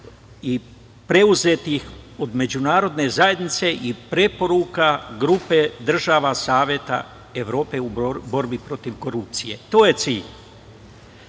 i preuzetih od međunarodne zajednice i preporuka grupe država Saveta Evrope u borbi protiv korupcije. To je cilj. Kada